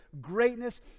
greatness